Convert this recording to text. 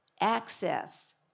access